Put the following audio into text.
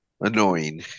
annoying